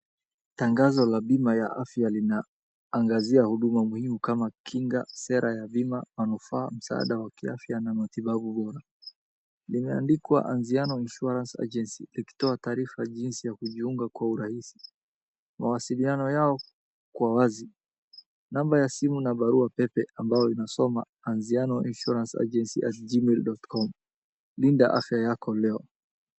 Tangazo la bima ya afya lina angazia huduma muhimu kama kinga, Sera ya bima, manufaa, masaada wa kiafya na matibabu bora. Limeandikwa aziano insurance agency likitoa taarifa jinsi ya kujiunga Kwa urahisi. Mawasiliano yao Kwa wazi, namba ya simu na barua Pepe ambayo inasoma aziano insurance agency@gmail.com. Linda afya yako leo.